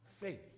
faith